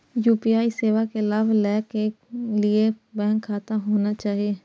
UPI सेवा के लाभ लै के लिए बैंक खाता होना चाहि?